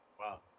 Wow